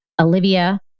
Olivia